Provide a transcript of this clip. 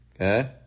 Okay